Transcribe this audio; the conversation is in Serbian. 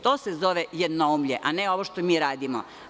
To se zove jednoumlje, a ne ovo što mi radimo.